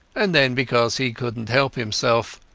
and then because he couldnat help himself.